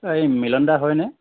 এই মিলন দা হয়নে